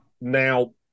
Now